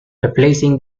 replacing